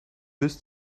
bis